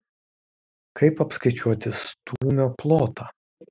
kaip apskaičiuoti stūmio plotą